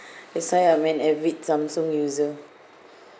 that's why I'm an avid samsung user